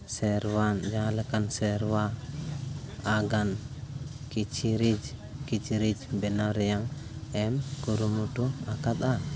ᱥᱮᱨᱣᱟ ᱡᱟᱦᱟᱸ ᱞᱮᱠᱟᱱ ᱥᱮᱨᱣᱟ ᱟᱜᱟᱢ ᱠᱤᱪᱨᱤᱡ ᱠᱤᱪᱨᱤᱡ ᱵᱮᱱᱟᱣ ᱨᱮᱭᱟᱜ ᱮᱢ ᱠᱩᱨᱩᱢᱩᱴᱩ ᱟᱠᱟᱫᱟ